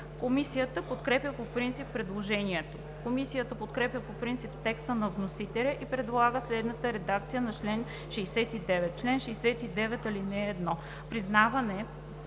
Комисията подкрепя по принцип предложението. Комисията подкрепя по принцип текста на вносителя и предлага следната редакция на чл. 69: „Чл. 69. (1) Признаване